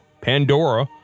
Pandora